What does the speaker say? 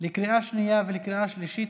לקריאה שנייה ולקריאה שלישית,